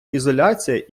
ізоляція